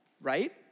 right